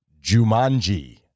Jumanji